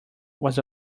was